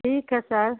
ठीक है सर